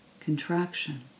contraction